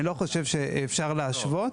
אני לא חושב שאפשר להשוות.